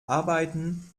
arbeiten